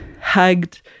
hugged